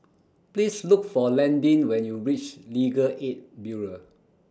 Please Look For Landyn when YOU REACH Legal Aid Bureau